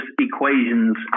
equations